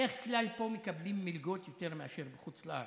בדרך כלל פה מקבלים מלגות יותר מאשר בחוץ לארץ,